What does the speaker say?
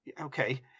Okay